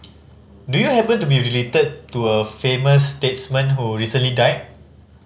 do you happen to be related to a famous statesman who recently died